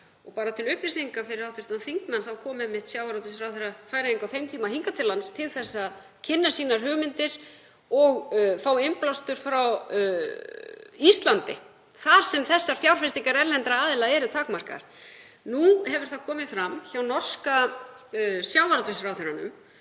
Bara til upplýsingar fyrir hv. þingmann þá kom einmitt sjávarútvegsráðherra Færeyinga á þeim tíma hingað til lands til að kynna hugmyndir sínar og fá innblástur frá Íslandi þar sem slíkar fjárfestingar erlendra aðila eru takmarkaðar. Nú hefur það komið fram hjá norska sjávarútvegsráðherranum